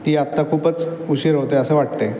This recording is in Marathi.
ती आत्ता खूपच उशीर होत आहे असं वाटतं आहे